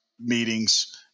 meetings